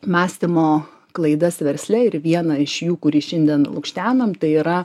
mąstymo klaidas versle ir vieną iš jų kurį šiandien lukštenam tai yra